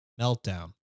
meltdown